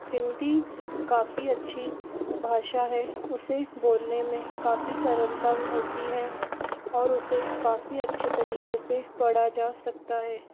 हिंदी काफी अच्छी भाषा है उसे बोलने में काफी सरलता होती है और उसे काफी अच्छे तरीके से पढ़ा जा सकता है